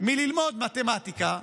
ללמוד מתמטיקה,